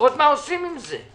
לראות מה עושים עם זה.